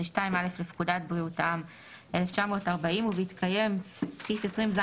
ו-(2)(א) לפקודת בריאות העם,1940 (להלן- הפקודה),